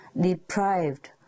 deprived